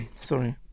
sorry